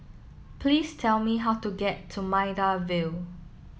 please tell me how to get to Maida Vale